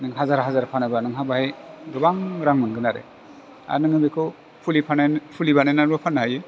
नों हाजार हाजार फानोब्ला नोंहा बाहाय गोबां रां मोनगोन आरो आरो नों बेखौ फुलि फानायनानै फुलि बानायनानैबो फाननो हायो